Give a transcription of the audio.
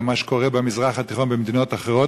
למה שקורה במזרח התיכון במדינות אחרות,